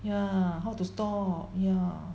ya how to stop ya